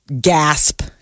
gasp